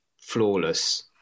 flawless